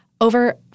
Over